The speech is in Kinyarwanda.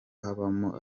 habamo